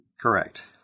Correct